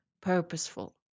purposeful